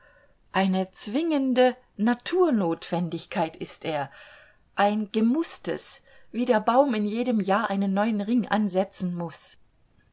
eine zwingende naturnotwendigkeit ist er ein gemußtes wie der baum in jedem jahr einen neuen ring ansetzen muß